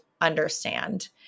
understand